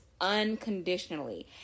Unconditionally